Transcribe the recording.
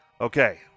Okay